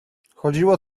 chodziło